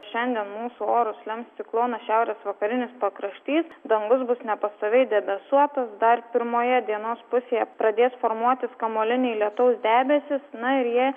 šiandien mūsų orus lems ciklonas šiaurės vakarinis pakraštys dangus bus nepastoviai debesuotas dar pirmoje dienos pusėje pradės formuotis kamuoliniai lietaus debesys na ir jie